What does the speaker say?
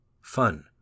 Fun